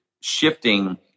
shifting